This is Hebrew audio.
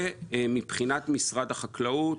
ומבחינת משרד החקלאות,